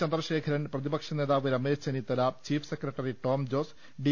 ചന്ദ്രശേഖർൻ പ്രതിപക്ഷ നേതാവ് Ramesh Chennithala chief secretary Tom Jose D